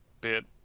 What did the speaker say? bit